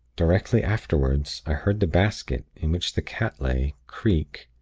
directly afterward, i heard the basket, in which the cat lay, creak.